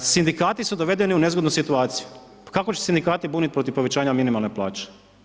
Sindikati su dovedeni u nezgodnu situaciju, kako će se sindikati buniti protiv povećanja minimalne plaće?